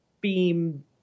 beam